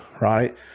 Right